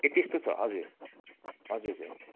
ए त्यस्तो छ हजुर हजुर